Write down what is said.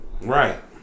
right